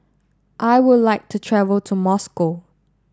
I would like to travel to Moscow